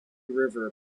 river